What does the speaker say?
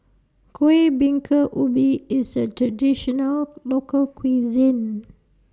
Kueh Bingka Ubi IS A Traditional Local Cuisine